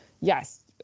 yes